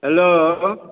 hello